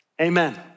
Amen